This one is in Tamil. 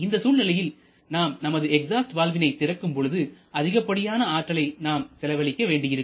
இந்த சூழ்நிலையில் நாம் நமது எக்ஸாஸ்ட் வால்வினை திறக்கும் பொழுது அதிகப்படியான ஆற்றலை நாம் செலவழிக்க வேண்டியிருக்கும்